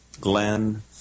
Glenn